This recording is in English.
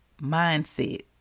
mindset